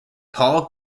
paul